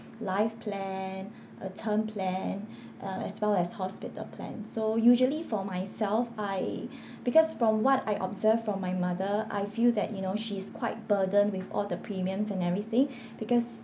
life plan a term plan uh as well as hospital plan so usually for myself I because from what I observed from my mother I feel that you know she's quite burdened with all the premiums and everything because